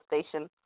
station